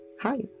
hi